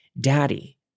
Daddy